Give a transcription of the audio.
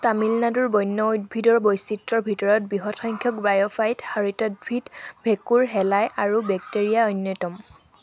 তামিলনাডুৰ বন্য উদ্ভিদৰ বৈচিত্ৰ্যৰ ভিতৰত বৃহৎ সংখ্যক বাইঅ'ফাইট হৰিতদ্ভিদ ভেঁকুৰ শেলাই আৰু বেক্টেৰিয়া অন্যতম